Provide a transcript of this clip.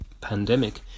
pandemic